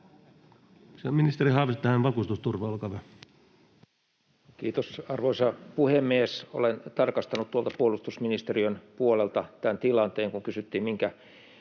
lentokentän alueelle Time: 13:25 Content: Kiitos, arvoisa puhemies! Olen tarkastanut tuolta puolustusministeriön puolelta tämän tilanteen, kun kysyttiin,